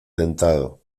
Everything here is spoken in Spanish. dentado